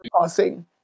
passing